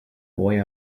boy